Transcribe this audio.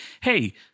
hey